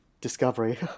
Discovery